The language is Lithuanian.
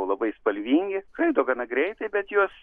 labai spalvingi skraido gana greitai bet juos